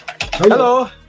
Hello